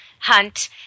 hunt